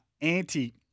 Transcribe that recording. anti